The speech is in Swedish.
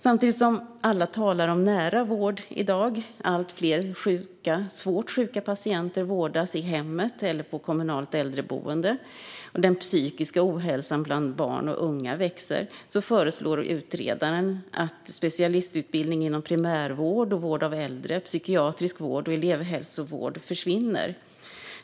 Samtidigt som alla talar om nära vård i dag, allt fler svårt sjuka patienter vårdas i hemmet eller på kommunalt äldreboende och den psykiska ohälsan bland barn och unga växer, föreslår utredaren att specialistutbildning inom primärvård och vård av äldre, psykiatrisk vård och elevhälsovård försvinner.